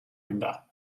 біда